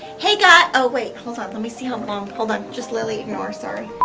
hey guy, oh wait, hold up, let me see how long. hold on, just lilly ignore, sorry.